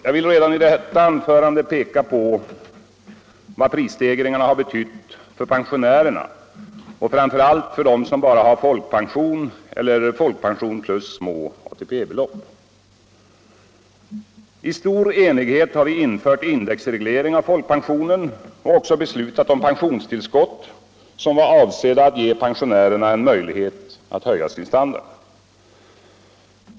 Jag vill redan i detta anförande peka på vad prisstegringarna har betytt för pensionärer och framför allt för dem som bara har folkpension eller folkpension plus små ATP-belopp. I stor enighet har vi infört indexreglering av folkpensionen och också beslutet om pensionstillskott som var avsedda att ge pensionärerna en möjlighet att höja sin standard.